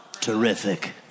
Terrific